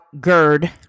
GERD